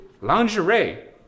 Lingerie